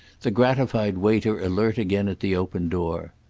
the gratified waiter alert again at the open door.